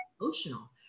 emotional